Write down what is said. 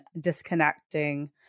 disconnecting